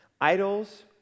Idols